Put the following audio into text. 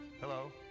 Hello